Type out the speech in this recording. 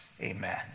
amen